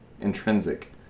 Intrinsic